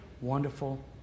wonderful